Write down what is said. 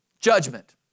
judgment